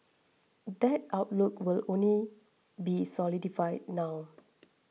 that outlook will only be solidified now